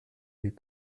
mes